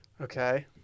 Okay